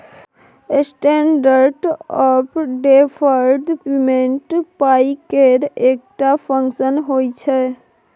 standard of deferred payment पाइ केर एकटा फंक्शन होइ छै